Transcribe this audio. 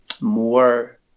more